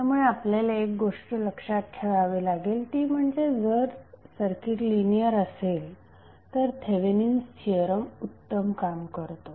त्यामुळे आपल्याला एक गोष्ट लक्षात ठेवावी लागेल ती म्हणजे जर सर्किट लिनियर असेल तर थेवेनिन्स थिअरम उत्तम काम करतो